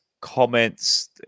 comments